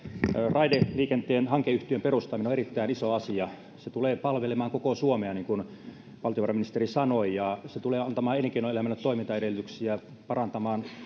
raideliikenteen hankeyhtiön perustaminen on erittäin iso asia se tulee palvelemaan koko suomea niin kuin valtiovarainministeri sanoi ja se tulee antamaan elinkeinoelämälle toimintaedellytyksiä parantamaan